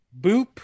boop